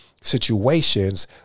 situations